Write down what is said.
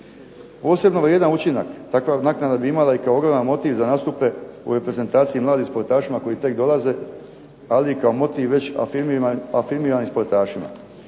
Posebno vrijedan učinak takva naknada bi imala i kao ogledan motiv za nastupe u reprezentaciji mladim sportašima koji tek dolaze, ali i kao motiv već afirmiranim sportašima.